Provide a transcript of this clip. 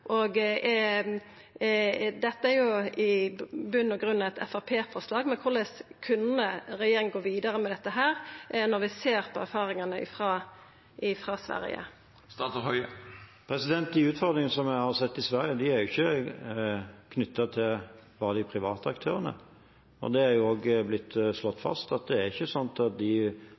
og dette er jo i botn og grunn eit Framstegsparti-forslag. Korleis kunne regjeringa gå vidare med dette når vi ser på erfaringane frå Sverige? De utfordringene som vi har sett i Sverige, er ikke knyttet til bare de private aktørene. Det er også blitt slått fast at det ikke var slik som det ble sagt i de politiske utsagnene som kom i Sverige tidlig i pandemien, at problemet var de